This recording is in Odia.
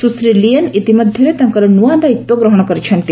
ସୁଶ୍ରୀ ଲିଏନ୍ ଇତିମଧ୍ୟରେ ତାଙ୍କର ନୂଆ ଦାୟିତ୍ୱ ଗ୍ରହଣ କରିଛନ୍ତି